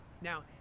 Now